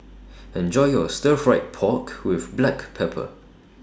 Enjoy your Stir Fry Pork with Black Pepper